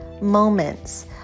moments